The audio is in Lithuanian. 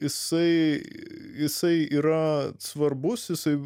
jisai jisai yra svarbus jisai